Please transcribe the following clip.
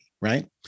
right